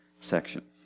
section